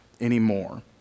anymore